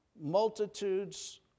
multitudes